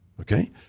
Okay